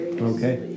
Okay